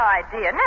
idea